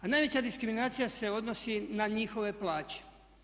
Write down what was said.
A najveća diskriminacija se odnosi na njihove plaće.